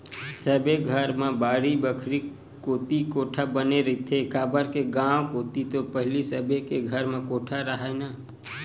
सबे घर मन म बाड़ी बखरी कोती कोठा बने रहिथे, काबर के गाँव कोती तो पहिली सबे के घर म कोठा राहय ना